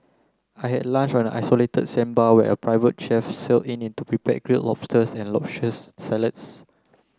I had lunch on an isolated sandbar where a private chef sail in to prepare grill lobsters and luscious salads